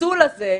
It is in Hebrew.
הפסול הזה,